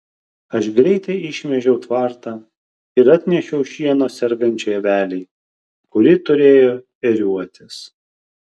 aš greitai išmėžiau tvartą ir atnešiau šieno sergančiai avelei kuri turėjo ėriuotis